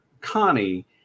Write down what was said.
connie